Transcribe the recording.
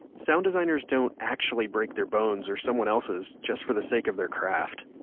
sound designer's don't actually break their bones or someone else's just for the sake of their craft.